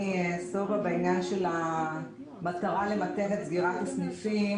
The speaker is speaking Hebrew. סובה בעניין של המטרה למתן את סגירת הסניפים.